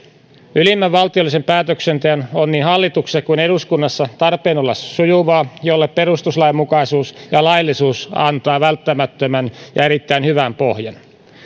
ylimmän valtiollisen päätöksenteon on niin hallituksessa kuin eduskunnassa tarpeen olla sujuvaa mille perustuslainmukaisuus ja laillisuus antaa välttämättömän ja erittäin hyvän pohjan